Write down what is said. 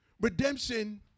Redemption